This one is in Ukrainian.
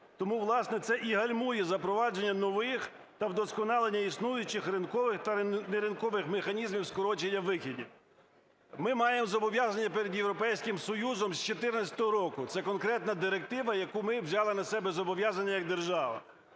Тому, власне, це і гальмує запровадження нових та вдосконалення існуючих ринкових та неринкових механізмів скорочення викидів. Ми маємо зобов'язання перед Європейським Союзом з 14-го року, це конкретна директива, яку ми взяли на себе зобов'язання як держава.